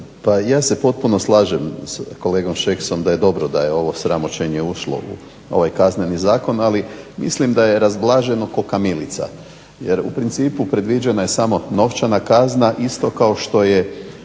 ja se potpuno slažem s kolegom Šeksom da je dobro da je ovo sramoćenje ušlo u ovaj Kazneni zakon, ali mislim da je razblaženo kao kamilica. Jer u principu predviđena je samo novčana kazna isto kao što je